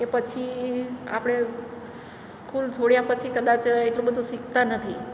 એ પછી આપણે સ્કૂલ છોડ્યા પછી કદાચ એટલું બધું શીખતા નથી